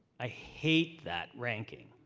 i hate that ranking.